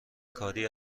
کاری